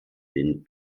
den